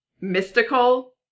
mystical